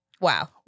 wow